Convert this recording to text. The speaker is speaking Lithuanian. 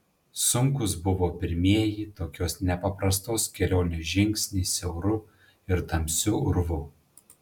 sunkūs buvo pirmieji tokios nepaprastos kelionės žingsniai siauru ir tamsiu urvu